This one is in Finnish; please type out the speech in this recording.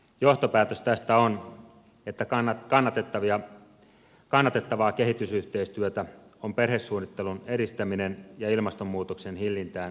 johtopäätös tästä on että kannatettavaa kehitysyhteistyötä on perhesuunnittelun edistäminen ja ilmastonmuutoksen hillintään liittyvät toimet